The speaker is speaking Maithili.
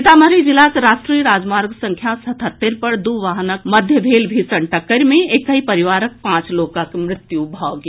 सीतामढ़ी जिलाक राष्ट्रीय राजमार्ग संख्या सतहत्तरि पर दू वाहनक भीषण टक्कर मे एकहि परिवारक पांच लोकक मृत्यु भऽ गेल